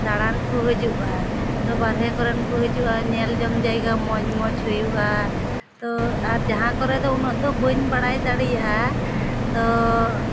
ᱫᱟᱬᱟᱱ ᱠᱚ ᱦᱤᱡᱩᱜᱼᱟ ᱛᱚ ᱵᱟᱨᱦᱮ ᱠᱚᱨᱮᱱ ᱠᱚ ᱦᱤᱡᱩᱜᱼᱟ ᱧᱮᱞ ᱡᱚᱝ ᱡᱟᱭᱜᱟ ᱢᱚᱡᱽᱼᱢᱚᱡᱽ ᱦᱩᱭᱩᱜᱼᱟ ᱛᱚ ᱟᱨ ᱡᱟᱦᱟᱸ ᱠᱚᱨᱮ ᱫᱚ ᱩᱱᱟᱹᱜ ᱫᱚ ᱵᱟᱹᱧ ᱵᱟᱲᱟᱭ ᱫᱟᱲᱮᱭᱟᱜᱼᱟ ᱛᱚ